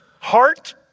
Heart